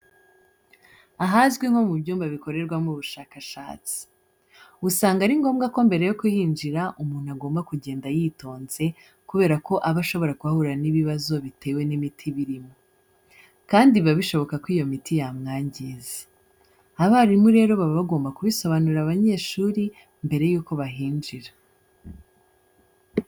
Ahazwi nko mu byumba bikorerwamo ubushakashatsi, usanga ari ngombwa ko mbere yo kuhinjira umuntu agomba kugenda yitonze kubera ko aba ashobora kuhahurira n'ibibazo bitewe n'imiti iba irimo kandi biba bishoboka ko iyo miti yamwangiza. Abarimu rero baba bagomba kubisobanurira abanyeshuri mbere yuko bahinjira.